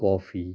coffee